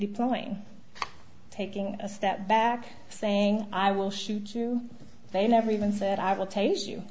deploying taking a step back saying i will shoot you they never even said i will take